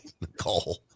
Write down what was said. Nicole